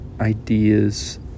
ideas